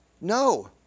No